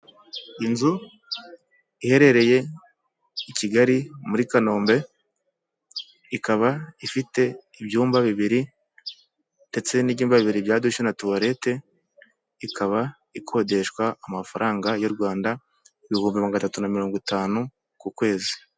Inzu iherereye i Kigali muri Kanombe, ikaba ifite ibyumba bibiri ndetse n'ibyumba bibiri bya dushe na tuwalete, ikaba ikodeshwa amafaranga y'u Rwanda, ibihumbi mirongogana atatu na mirongo itanu ku kwezi.